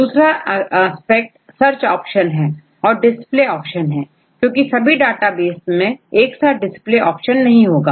दूसरा aspect search option और display option है क्योंकि सभी डाटा बेस में एक सा डिस्पले ऑप्शन नहीं होता